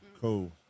cool